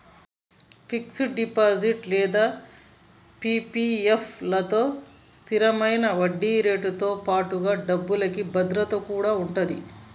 fixed deposit లేదా PPF లలో స్థిరమైన వడ్డీరేటుతో పాటుగా డబ్బుకి భద్రత కూడా ఉంటది